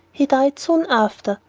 he died soon after,